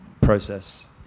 process